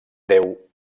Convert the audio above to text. déu